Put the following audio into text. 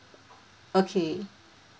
okay